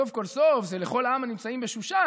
סוף כל סוף זה לכל העם שנמצאים בשושן,